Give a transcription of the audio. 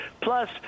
Plus